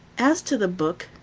as to the book,